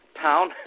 town